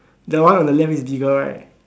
the one on the left is bigger right